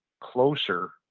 closer